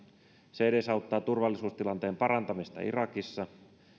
se edesauttaa turvallisuustilanteen parantamista irakissa